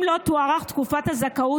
אם לא תוארך תקופת הזכאות,